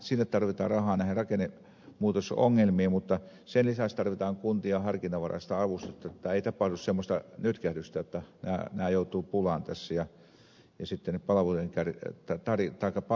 sinne tarvitaan rahaa näihin rakennemuutosongelmiin mutta sen lisäksi tarvitaan kuntien harkinnanvaraista avustusta ettei tapahdu semmoista nytkähdystä että nämä joutuvat pulaan tässä ja sitten ne palvelujen saajat tulevat siitä kärsimään